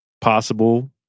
possible